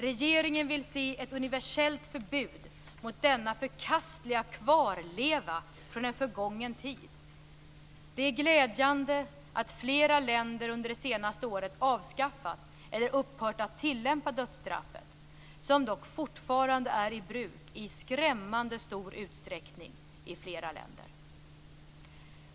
Regeringen vill se ett universellt förbud mot denna förkastliga kvarleva från en förgången tid. Det är glädjande att flera länder under det senaste året avskaffat eller upphört att tillämpa dödsstraffet, som dock fortfarande är i bruk i skrämmande stor utsträckning i flera länder.